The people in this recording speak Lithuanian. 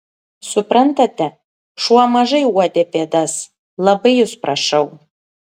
suprantate šuo mažai uodė pėdas labai jus prašau